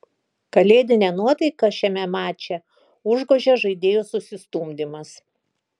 kalėdinę nuotaiką šiame mače užgožė žaidėjų susistumdymas